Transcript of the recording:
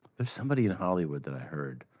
there's somebody in hollywood that i heard.